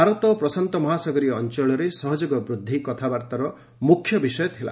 ଭାରତ ପ୍ରଶାନ୍ତ ମହାସାଗରୀୟ ଅଞ୍ଚଳରେ ସହଯୋଗ ବୃଦ୍ଧି କଥାବାର୍ତ୍ତାର ମ୍ରଖ୍ୟ ବିଷୟ ଥିଲା